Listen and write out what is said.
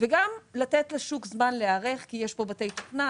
וגם לתת לשוק זמן להיערך כי יש כאן בתי תוכנה,